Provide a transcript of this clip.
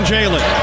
Jalen